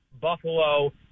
Buffalo